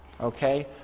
Okay